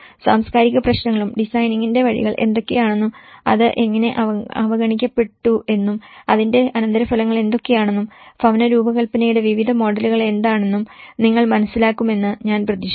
സാംസ്കാരിക പ്രശ്നങ്ങളും ഡിസൈനിംഗിന്റെ വഴികൾ എന്തൊക്കെയാണെന്നും അത് എങ്ങനെ അവഗണിക്കപ്പെട്ടുവെന്നും അതിന്റെ അനന്തരഫലങ്ങൾ എന്തൊക്കെയാണെന്നും ഭവന രൂപകൽപ്പനയുടെ വിവിധ മോഡലുകൾ എന്താണെന്നും നിങ്ങൾ മനസ്സിലാക്കുമെന്ന് ഞാൻ പ്രതീക്ഷിക്കുന്നു